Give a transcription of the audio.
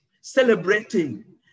celebrating